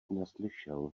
neslyšel